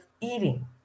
eating